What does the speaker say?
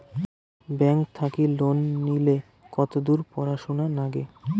Bank থাকি loan নিলে কতদূর পড়াশুনা নাগে?